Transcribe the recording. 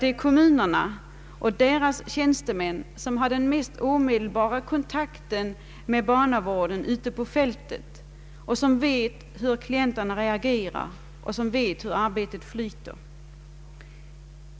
Det är kommunerna och deras tjänstemän som har den omedelbara kontakten med barnavården ute på fältet, som vet hur klienterna reagerar och hur arbetet flyter.